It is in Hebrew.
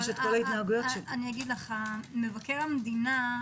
מבקר המדינה,